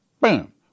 Boom